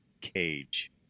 Cage